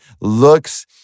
looks